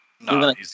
No